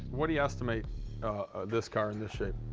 what do you estimate this car in this shape?